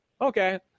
okay